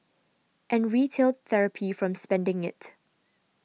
and retail therapy from spending it